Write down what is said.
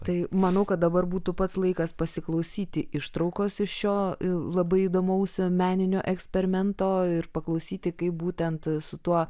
tai manau kad dabar būtų pats laikas pasiklausyti ištraukos iš šio labai įdomaus meninio eksperimento ir paklausyti kaip būtent su tuo